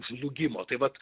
žlugimo tai vat